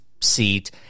seat